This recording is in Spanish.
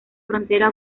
frontera